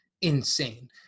insane